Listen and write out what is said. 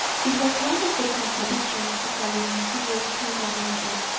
it was one of the contradictions of our mysterious human nature,